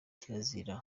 kirazira